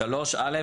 (3) (א),